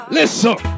Listen